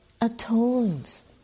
atones